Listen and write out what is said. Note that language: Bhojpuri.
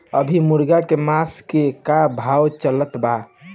अभी मुर्गा के मांस के का भाव चलत बा?